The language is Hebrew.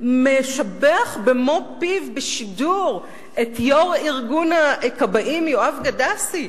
משבח במו-פיו ובשידור את יושב-ראש ארגון הכבאים יואב גדסי,